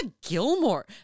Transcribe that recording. gilmore